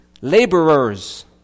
Laborers